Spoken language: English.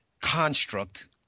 construct